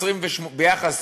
היחס,